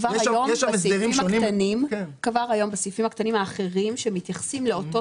כבר היום בסעיפים הקטנים האחרים שמתייחסים לאותו